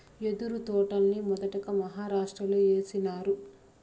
యెదురు తోటల్ని మొదటగా మహారాష్ట్రలో ఏసినారు